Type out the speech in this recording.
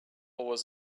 was